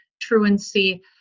truancy